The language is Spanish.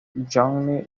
johnny